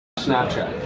snapchat.